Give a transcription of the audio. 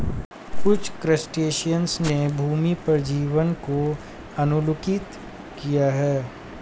कुछ क्रस्टेशियंस ने भूमि पर जीवन को अनुकूलित किया है